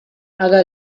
haga